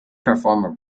performer